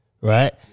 right